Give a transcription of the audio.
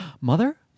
mother